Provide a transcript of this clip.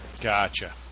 Gotcha